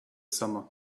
summer